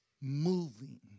moving